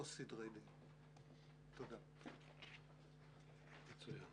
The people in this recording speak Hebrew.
עובדות סוציאליות לסדרי דין.